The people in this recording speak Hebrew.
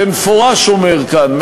במפורש אומר כאן,